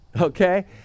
okay